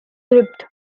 gripped